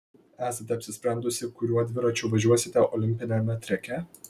esate apsisprendusi kuriuo dviračiu važiuosite olimpiniame treke